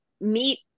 meet